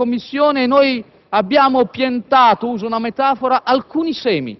in questa finanziaria, nel lavoro in Commissione, abbiamo piantato - uso una metafora - alcuni semi.